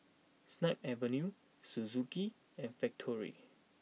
Snip Avenue Suzuki and Factorie